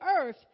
earth